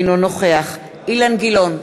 אינו נוכח אילן גילאון,